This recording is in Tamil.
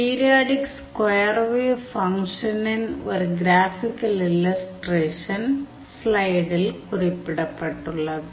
பீரியாடிக் ஸ்கொயர் வேவ் ஃபங்க்ஷனின் ஒரு கிராஃபிக்கல் இல்லஸ்டிரேஷன் ஸ்லைடில் குறிப்பிடப்பட்டுள்ளது